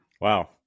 Wow